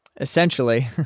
essentially